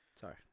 Sorry